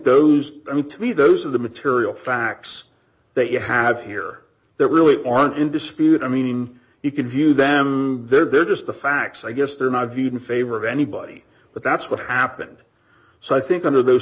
those i mean to me those of the material facts that you have here that really aren't in dispute i mean you could view them their biggest the facts i guess they're not viewed in favor of anybody but that's what happened so i think under those